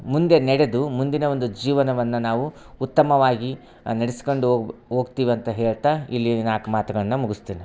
ಮುಂದೆ ನಡೆದು ಮುಂದಿನ ಒಂದು ಜೀವನವನ್ನ ನಾವು ಉತ್ತಮವಾಗಿ ನೆಡ್ಸ್ಕಂಡು ಹೋಗ್ಭ್ ಹೋಗ್ತೀವಿ ಅಂತ ಹೇಳ್ತಾ ಇಲ್ಲಿ ನಾಲ್ಕು ಮಾತ್ಗಳ್ನ ಮುಗಿಸ್ತೇನೆ